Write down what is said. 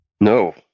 No